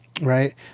right